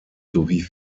sowie